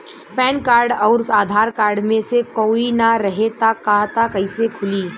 Pan card आउर Aadhaar card मे से कोई ना रहे त खाता कैसे खुली?